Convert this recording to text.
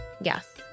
Yes